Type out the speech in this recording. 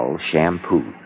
Shampoo